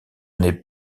n’est